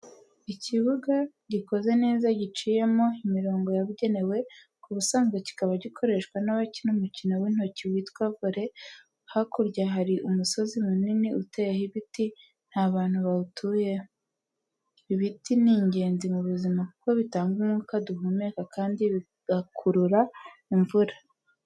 Ikibuga gikoze neza giciyemo imirongo yabugenewe, ku busanzwe kikaba gikoreshwa n'abakina umukino w'intoki witwa Vole. Hakurya hari umusozi munini uteyeho ibiti, nta bantu bahatuye. Ibiti ni ingenzi mu buzima kuko bitanga umwuka duhumeka kandi bigakurura imvura.